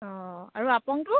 অঁ আৰু আপংটো